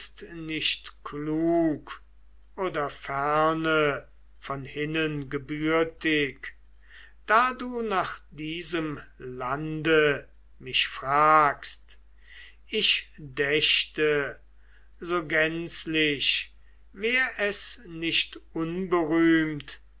nicht klug oder ferne von hinnen gebürtig da du nach diesem lande mich fragst ich dächte so gänzlich wär es nicht